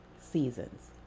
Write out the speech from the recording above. seasons